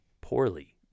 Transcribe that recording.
poorly